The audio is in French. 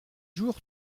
jours